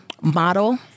model